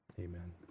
amen